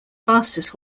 fastest